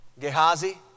Gehazi